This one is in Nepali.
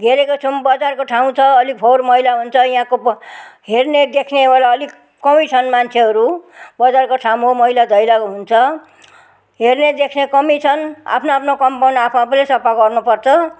घेरेको छौँ बजारको ठाउँ छ अलिक फोहोर मैला हुन्छ यहाँको प हेर्ने देख्ने अलिक कमै छन् मान्छेहरू बजारको ठाउँ हो मैलाधैला हुन्छ हेर्ने देख्ने कमी छन् आफ्नोआफ्नो कम्पाउन्ड आफूआफूले सफा गर्नुपर्छ